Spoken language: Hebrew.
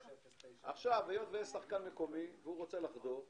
היות ויש שחקן מקומי שרוצה לחגוג,